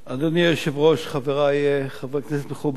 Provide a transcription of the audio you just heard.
אדוני היושב-ראש, חברי חברי הכנסת, מכובדי